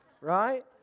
Right